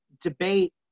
debate